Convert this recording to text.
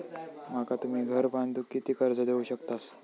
माका तुम्ही घर बांधूक किती कर्ज देवू शकतास?